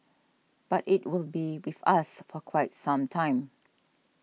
but it will be with us for quite some time